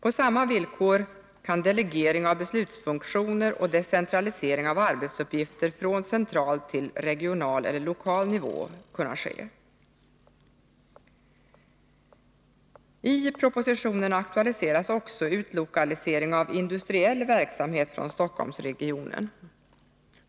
På samma villkor kan delegering av beslutsfunktioner och decentralisering av arbetsuppgifter från central till regional eller lokal nivå kunna ske. I propositionen aktualiseras också utlokalisering av industriell verksamhet från Stockholmsregionen.